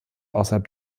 außerhalb